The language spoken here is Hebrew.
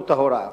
ואיכות ההוראה,